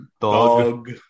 dog